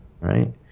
Right